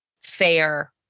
fair